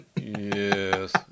yes